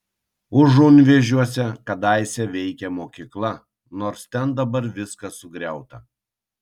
užunvėžiuose kadaise veikė mokykla nors ten dabar viskas sugriauta